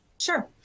Sure